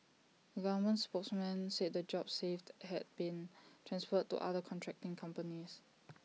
A government spokesman said the jobs saved had been transferred to other contracting companies